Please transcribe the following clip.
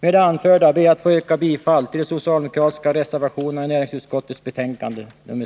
Med det anförda ber jag att få yrka bifall till de socialdemokratiska reservationerna till näringsutskottets betänkande nr